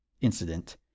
incident